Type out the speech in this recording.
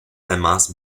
temas